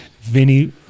Vinny